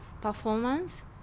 performance